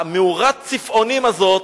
מאורת הצפעונים הזאת,